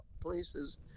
places